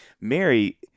Mary